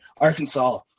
Arkansas